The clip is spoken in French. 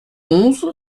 onze